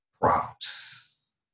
props